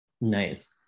Nice